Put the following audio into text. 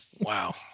Wow